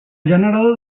generador